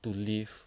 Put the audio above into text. to live